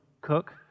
cook